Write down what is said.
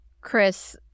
Chris